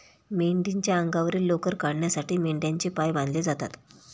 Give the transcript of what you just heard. मेंढीच्या अंगावरील लोकर काढण्यासाठी मेंढ्यांचे पाय बांधले जातात